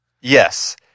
Yes